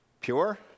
Pure